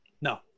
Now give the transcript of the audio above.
No